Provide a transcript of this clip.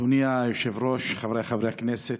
אדוני היושב-ראש, חבריי חברי הכנסת,